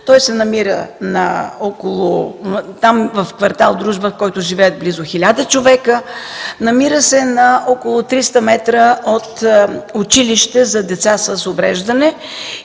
Той се намира в квартал „Дружба”, в който живеят близо 1000 човека. Намира се на около 300 м от училище за деца с увреждания